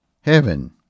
Heaven